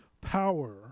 power